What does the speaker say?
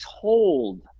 told